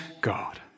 God